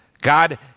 God